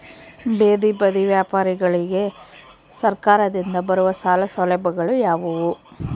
ಬೇದಿ ಬದಿ ವ್ಯಾಪಾರಗಳಿಗೆ ಸರಕಾರದಿಂದ ಬರುವ ಸಾಲ ಸೌಲಭ್ಯಗಳು ಯಾವುವು?